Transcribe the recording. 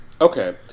Okay